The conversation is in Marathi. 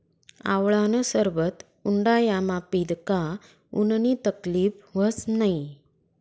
आवळानं सरबत उंडायामा पीदं का उननी तकलीब व्हस नै